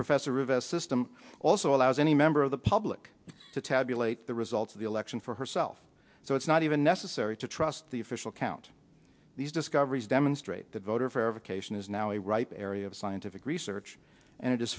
professor of a system also allows any member of the public to tabulate the results of the election for herself so it's not even necessary to trust the official count these discoveries demonstrate that voter verification is now a ripe area of scientific research and it is